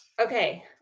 Okay